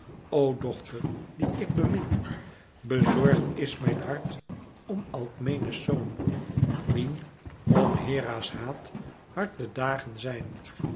o dochter die ik bemin bezorgd is mijn hart om alkmene's zoon wien om hera's haat hard de dagen zijn